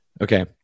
Okay